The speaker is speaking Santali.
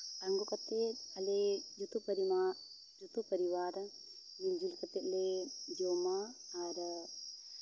ᱟᱬᱜᱚ ᱠᱟᱛᱮ ᱟᱞᱮ ᱡᱚᱛᱚ ᱯᱚᱨᱤᱵᱟᱨ ᱢᱤᱞ ᱡᱩᱞ ᱠᱟᱛᱮ ᱞᱮ ᱡᱚᱢᱟ ᱟᱨ